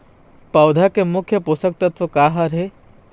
पौधा के मुख्य पोषकतत्व का हर हे?